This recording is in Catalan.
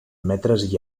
metres